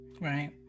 Right